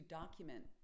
document